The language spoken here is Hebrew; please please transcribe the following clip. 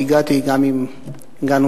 זה על-פי ההסכמות שהגענו עם עמיתי,